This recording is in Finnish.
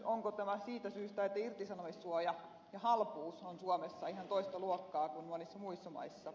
onko tämä siitä syystä että irtisanomissuoja ja halpuus on suomessa ihan toista luokkaa kuin monissa muissa maissa